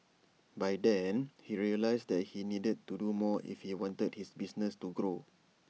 by then he realised that he needed to do more if he wanted the business to grow